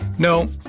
No